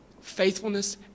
Faithfulness